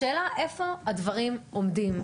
השאלה איפה הדברים עומדים.